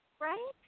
right